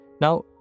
Now